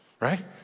right